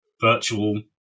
virtual